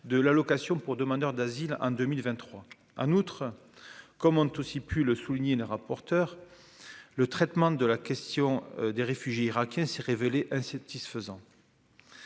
de l'allocation pour demandeurs d'asile en 2023 à notre commande tout aussi plus le souligner rapporteur le traitement de la question des réfugiés irakiens s'est révélé insatisfaisant.